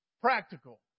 practical